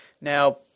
Now